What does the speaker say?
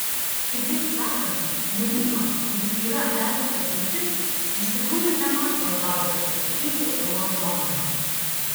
kitaip sakant jaunimas kuris yra es ateitis iš tikrųjų nemato savo perspektyvų euro zonoje